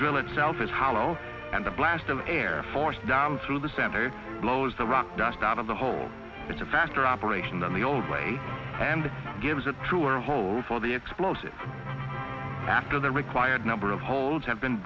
drill itself is hollow and the blast of air force down through the center blows the rock dust out of the hole it's a faster operation than the old way and gives a truer hole for the explosive after the required number of holes have been